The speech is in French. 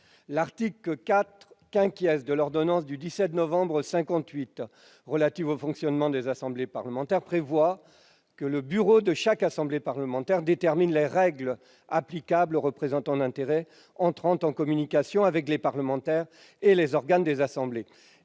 L'article 4 de l'ordonnance du 17 novembre 1958 relative au fonctionnement des assemblées parlementaires prévoit que « Le bureau de chaque assemblée parlementaire détermine les règles applicables aux représentants d'intérêts entrant en communication » avec les parlementaires et les organes des assemblées.